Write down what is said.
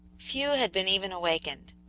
few had been even awakened.